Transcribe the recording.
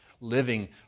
living